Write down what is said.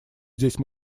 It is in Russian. здесь